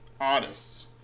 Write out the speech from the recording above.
artists